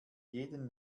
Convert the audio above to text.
jeden